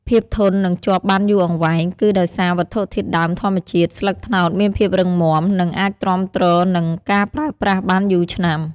ភាពធន់ និងជាប់បានយូរអង្វែង គឺដោយសារវត្ថុធាតុដើមធម្មជាតិ ស្លឹកត្នោតមានភាពរឹងមាំ និងអាចទ្រាំទ្រនឹងការប្រើប្រាស់បានយូរឆ្នាំ។